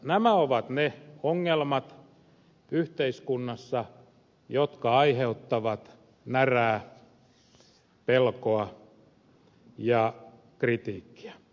nämä ovat ne ongelmat yhteiskunnassa jotka aiheuttavat närää pelkoa ja kritiikkiä